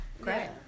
great